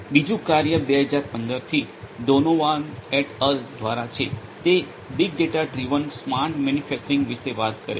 બીજું કાર્ય 2015 થી ડોનોવાન એટ એલ દ્વારા છે તે big data driven smart manufacturing વિશે વાત કરે છે